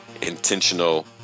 intentional